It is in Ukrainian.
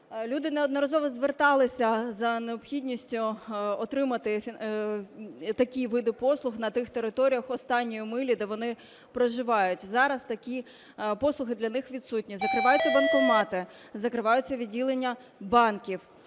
Люди неодноразово зверталися за необхідністю отримати такі види послуг на тих територіях останньої милі, де вони проживають. Зараз такі послуги для них відсутні, закриваються банкомати, закриваються відділення банків.